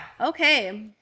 okay